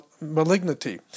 malignity